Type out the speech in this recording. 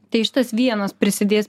tai šitas vienas prisidės